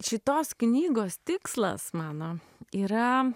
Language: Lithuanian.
šitos knygos tikslas mano yra